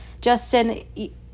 Justin